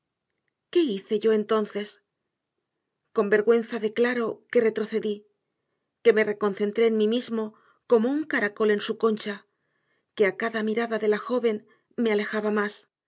qué hice yo entonces con vergüenza declaro que retrocedí que me reconcentré en mí mismo como un caracol en su concha que a cada mirada de la joven me alejaba más